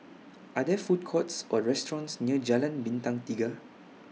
Are There Food Courts Or restaurants near Jalan Bintang Tiga